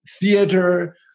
theater